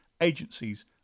agencies